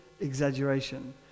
exaggeration